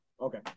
Okay